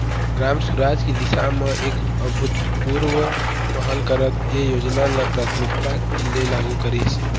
ग्राम सुराज की दिशा म एक अभूतपूर्व पहल करत ए योजना ल प्राथमिकता ले लागू करिस